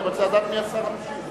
אני רוצה לדעת מי השר המשיב.